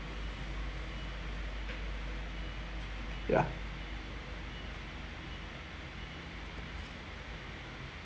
ya